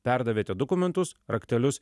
perdavėte dokumentus raktelius